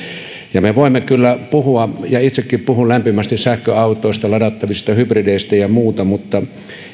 me voimme kyllä puhua ja itsekin puhun lämpimästi sähköautoista ladattavista hybrideistä ja muista mutta